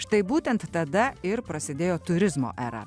štai būtent tada ir prasidėjo turizmo era